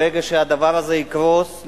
ברגע שהדבר הזה יקרוס,